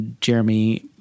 Jeremy